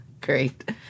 Great